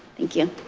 thank you.